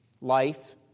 Life